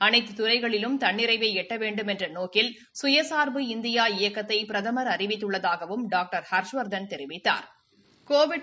அனைத்துத் துறைகளிலும் தன்னிறைவை எட்ட வேண்டுமென்ற நோக்கில் சுயசாா்பு இந்தியா இயக்கத்தை பிரதமா் அறிவித்துள்ளதாகவும் டாக்டர் ஹர்ஷவர்தன் தெரிவித்தாா்